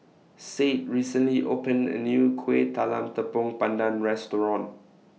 Sade recently opened A New Kueh Talam Tepong Pandan Restaurant